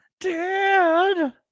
Dad